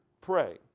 Pray